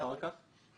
ואחר כך?